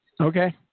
Okay